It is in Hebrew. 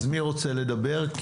אז מי רוצה לדבר?